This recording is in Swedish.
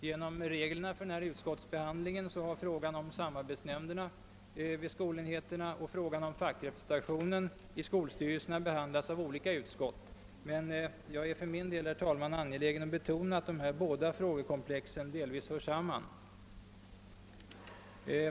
Genom reglerna för utskottsbehandling har frågan om samarbetsnämnder na vid skolenheterna och frågan om fackrepresentation i skolstyrelserna behandlats av olika utskott, men jag är angelägen om att betona att dessa båda frågekomplex delvis hör samman.